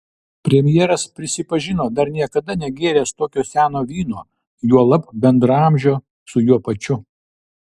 premjeras prisipažino dar niekada negėręs tokio seno vyno juolab bendraamžio su juo pačiu